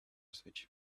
switch